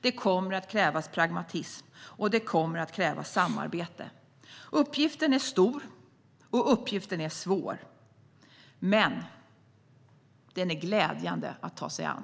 Det kommer att krävas pragmatism och samarbete. Uppgiften är stor och svår. Men den är glädjande att ta sig an.